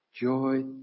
Joy